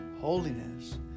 holiness